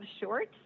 shorts